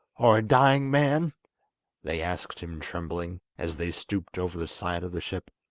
or a dying man they asked him trembling, as they stooped over the side of the ship.